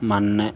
मानने